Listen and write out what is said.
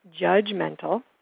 judgmental